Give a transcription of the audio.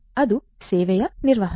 ಅದು ಸೇವೆಯ ನಿರಾಕರಣೆ